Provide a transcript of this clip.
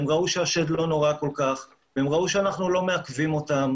הם ראו שהשד לא נורא כל כך והם ראו שאנחנו לא כל כך מעכבים אותם.